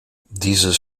dieses